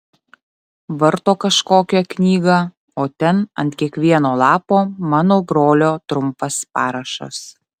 varto kažkokią knygą o ten ant kiekvieno lapo mano brolio trumpas parašas